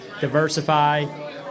diversify